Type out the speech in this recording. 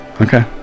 okay